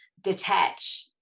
detach